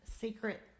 secret